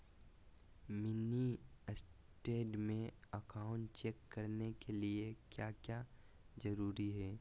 Mini state में account check करने के लिए क्या क्या जरूरी है?